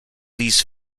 these